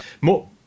more